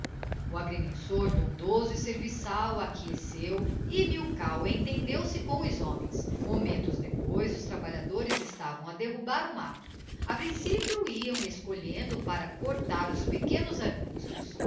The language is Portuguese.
o agrimensor bondoso e serviçal acquiesceu e milkau entendeu se com os homens momentos depois os trabalhadores estavam a derrubar o matto a principio iam escolhendo para cortar os pequenos arbustos